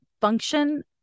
function